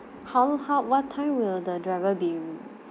how how what time will the driver be